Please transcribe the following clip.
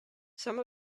some